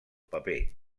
paper